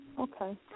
Okay